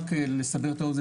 רק לסבר את האוזן,